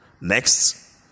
Next